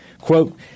Quote